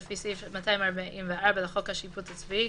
לפי סעיף 244 לחוק השיפוט הצבאי,